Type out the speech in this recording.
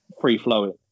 free-flowing